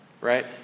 Right